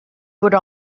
would